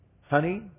Honey